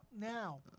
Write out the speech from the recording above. Now